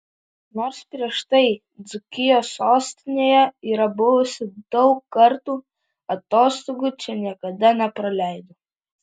nors prieš tai dzūkijos sostinėje yra buvusi daug kartų atostogų čia niekada nepraleido